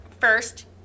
first